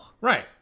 Right